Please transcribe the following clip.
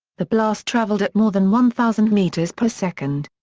the blast travelled at more than one thousand metres per second.